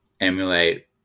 emulate